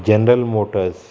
general motors